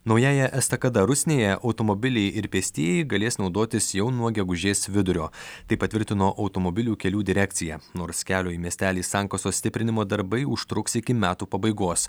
naująja estakada rusnėje automobiliai ir pėstieji galės naudotis jau nuo gegužės vidurio tai patvirtino automobilių kelių direkcija nors kelio į miestelį sankasos stiprinimo darbai užtruks iki metų pabaigos